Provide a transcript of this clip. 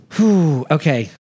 okay